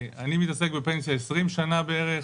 אני מתעסק בפנסיה 20 שנה בערך,